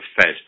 Fed